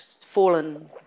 fallen